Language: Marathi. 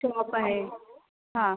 शॉप आहे हां